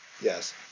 Yes